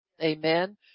Amen